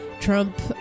Trump